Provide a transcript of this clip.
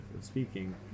speaking